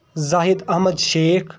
Zahid Ahmad Sheikh